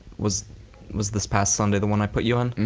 was was this past sunday the one i put you in?